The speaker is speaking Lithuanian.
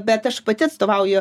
bet aš pati atstovauju